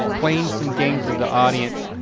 playing some games the the audience.